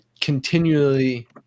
continually